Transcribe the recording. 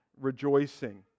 rejoicing